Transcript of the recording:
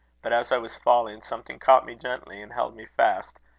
but as i was falling, something caught me gently, and held me fast,